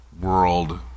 world